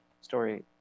Story